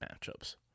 matchups